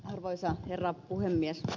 arvoisa herra puhemies